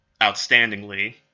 outstandingly